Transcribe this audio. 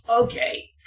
Okay